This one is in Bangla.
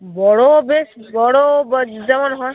বড় বেশ বড় যেমন হয়